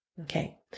Okay